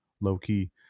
low-key